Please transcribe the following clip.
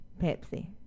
Pepsi